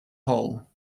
hole